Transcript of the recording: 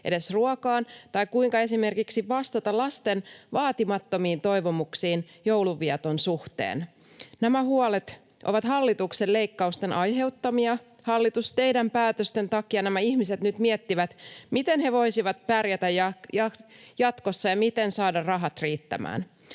edes ruokaan tai kuinka esimerkiksi vastata lasten vaatimattomiin toivomuksiin joulunvieton suhteen. Nämä huolet ovat hallituksen leikkausten aiheuttamia. Hallitus, teidän päätöstenne takia nämä ihmiset nyt miettivät, miten he voisivat pärjätä jatkossa ja miten saada rahat riittämään.